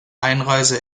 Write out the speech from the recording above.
einreise